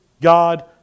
God